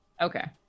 okay